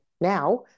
now